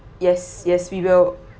yes yes we will